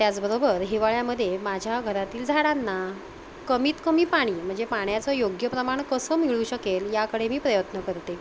त्याचबरोबर हिवाळ्यामध्ये माझ्या घरातील झाडांना कमीत कमी पाणी म्हणजे पाण्याचं योग्य प्रमाण कसं मिळू शकेल याकडे मी प्रयत्न करते